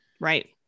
right